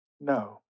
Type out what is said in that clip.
no